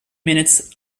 minutes